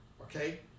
okay